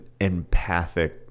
empathic